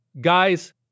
Guys